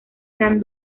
gran